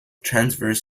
transverse